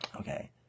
Okay